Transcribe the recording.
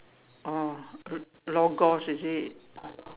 oh l~ logos is it